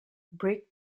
break